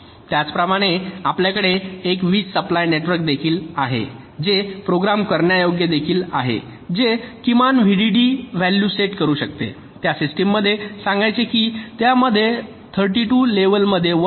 त्याचप्रमाणे आपल्याकडे एक वीज सप्लाय नेटवर्क देखील आहे जे प्रोग्राम करण्यायोग्य देखील आहे जे किमान व्हीडीडी व्हॅल्यू सेट करू शकते त्या सिस्टीममध्ये सांगा की त्यामध्ये 32 लेवलमध्ये 1